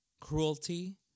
cruelty